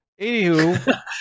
Anywho